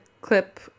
clip